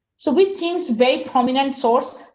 so, which seems very prominent source,